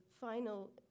final